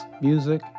music